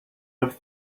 have